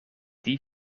die